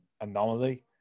anomaly